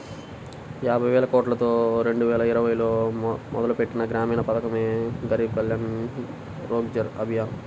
యాబైవేలకోట్లతో రెండువేల ఇరవైలో మొదలుపెట్టిన గ్రామీణ పథకమే గరీబ్ కళ్యాణ్ రోజ్గర్ అభియాన్